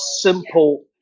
simple